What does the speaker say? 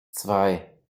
zwei